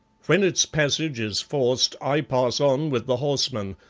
when its passage is forced i pass on with the horsemen,